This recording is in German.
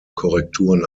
korrekturen